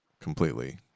completely